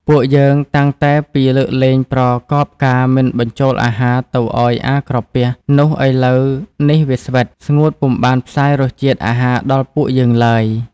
ពួកយើងតាំងតែពី លើកលែងប្រកបការ មិនបញ្ចូលអាហារទៅឲ្យអាក្រពះនោះ ឥឡូវនេះវាស្វិត ស្ងួតពុំបានផ្សាយរសជាតិអាហារដល់ពួកយើងឡើយ។